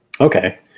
Okay